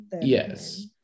yes